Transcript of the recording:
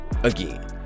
Again